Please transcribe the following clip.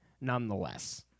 nonetheless